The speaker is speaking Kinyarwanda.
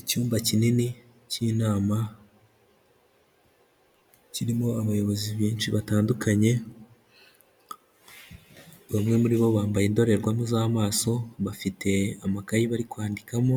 Icyumba kinini cy'inama, kirimo abayobozi benshi batandukanye, bamwe muri bo bambaye indorerwamo z'amaso, bafite amakayi bari kwandikamo